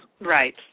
Right